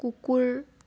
কুকুৰ